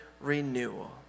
renewal